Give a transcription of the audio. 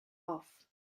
off